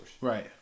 Right